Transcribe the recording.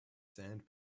sand